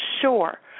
sure